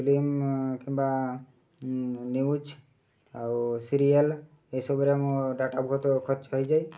film କିମ୍ବା news ଆଉ serial ଏସବୁର ମୁଁ ଡାଟା ବହୁତ ଖର୍ଚ୍ଚ ହୋଇଯାଏ